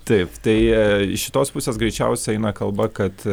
taip tai iš šitos pusės greičiausiai eina kalba kad